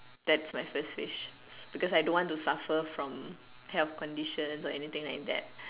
that's my first wish because I don't want to suffer from health conditions or anything like that